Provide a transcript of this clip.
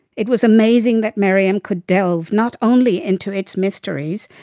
it was amazing that maryam could delve not only into its mysteries,